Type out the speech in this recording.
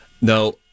No